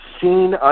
Seen